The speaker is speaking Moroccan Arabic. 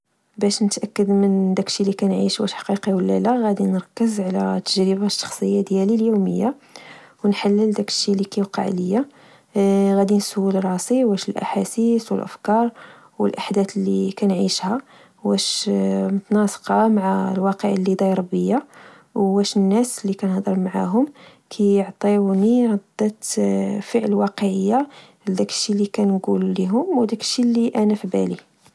باش نتأكد من داكشي لكنعيش واش حقيقي ولا لا، غدي نركز على التجربة ديالي الشخصية اليومية ونحلل داكشي لي كيوقع ليا. غدي نسول راسي واش الأحاسيس، والأفكار، والأحدات اللي كنعيشها واش متناسقة مع الواقع لي داير بيا، واش الناس لي كنهضر معاهم كيعطيوني ردة فعل واقعية لداكشي لتنچول لهم و داكشي اللي أنا في بالي